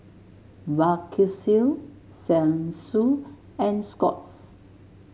Vagisil Selsun and Scott's